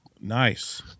Nice